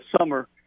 summer